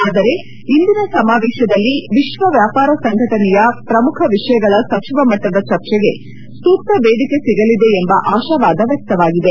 ಆದರೆ ಇಂದಿನ ಸಮಾವೇಶದಲ್ಲಿ ವಿಶ್ವ ವ್ಯಾಪಾರ ಸಂಘಟನೆಯ ಶ್ರಮುಖ ವಿಷಯಗಳ ಸಚಿವ ಮಟ್ಟದ ಚರ್ಚೆಗೆ ಸೂಕ್ತ ವೇದಿಕೆ ಸಿಗಲಿದೆ ಎಂಬ ಆಶಾವಾದ ವ್ಲಕ್ತವಾಗಿದೆ